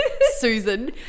Susan